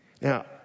Now